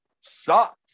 sucked